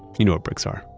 you know what bricks are.